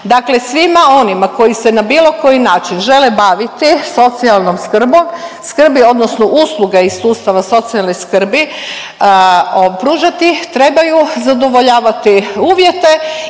dakle svima onima koji se na bilo koji način žele baviti socijalnom skrbi, odnosno usluge iz sustava socijalne skrbi pružati, trebaju zadovoljavati uvjete